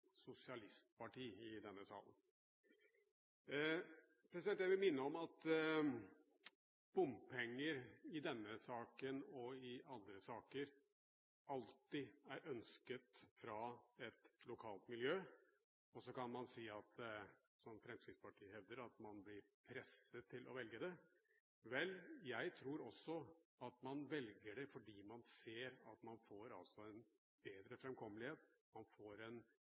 sosialistparti i denne salen. Jeg vil minne om at bompenger i denne saken og i andre saker alltid er ønsket fra et lokalt miljø. Så kan man si, som Fremskrittspartiet hevder, at man blir presset til å velge det. Vel, jeg tror også at man velger det fordi man ser at man får bedre fremkommelighet, man får en